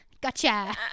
Gotcha